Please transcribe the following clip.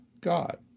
God